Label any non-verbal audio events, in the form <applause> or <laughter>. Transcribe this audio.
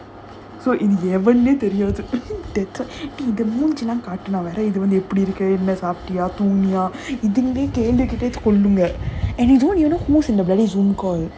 so இங்க எவனையுமே தெரியாது:inga evanayumae theriyaathu <laughs> that's why இந்த மூஞ்சிலாம் காட்டுனா:indha moonjilaam kaatunaa and then they don't even know who's in the bloody Zoom call